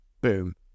Boom